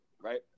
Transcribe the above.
right